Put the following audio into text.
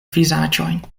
vizaĝojn